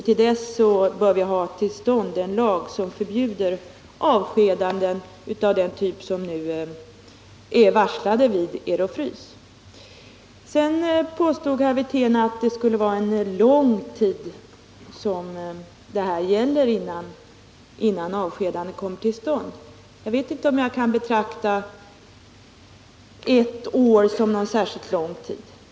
Till dess bör vi ha fått till stånd en lag som förbjuder sådana avskedanden som dem som nu varslats vid Ero Frys. Herr Wirtén påstod att det skulle ta lång tid innan avskedandena verkställs, men jag vet inte om man kan betrakta ett år som någon särskilt lång tid.